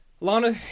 Lana